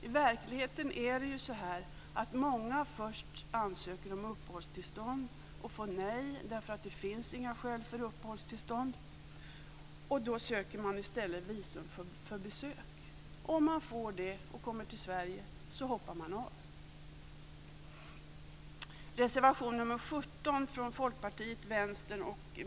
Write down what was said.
I verkligheten är det så att många först ansöker om uppehållstillstånd och får nej därför att de inte har tillräckliga skäl för ett uppehållstillstånd. Då söker man i stället visum för besök. Om man får det och kommer till Sverige så hoppar man av.